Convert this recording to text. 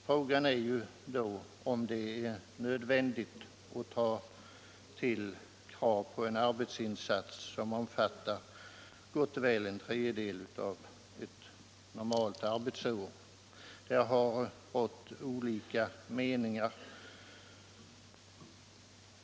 Frågan är då om det är nödvändigt att sätta kraven så högt att arbetsinsatsen skall uppgå till gott och väl en tredjedel av ett normalt arbetsår. I den frågan har det rått olika meningar.